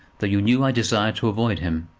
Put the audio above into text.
though you knew i desired to avoid him.